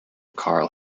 karl